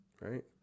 right